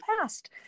past